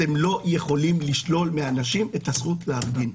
אתם לא יכולים לשלול מהאנשים את הזכות להפגין,